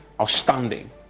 outstanding